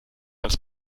als